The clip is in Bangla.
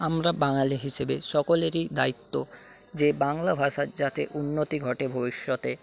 আমরা বাঙালি হিসেবে সকলেরই দায়িত্ব যে বাংলা ভাষার যাতে উন্নতি ঘটে ভবিষ্যতে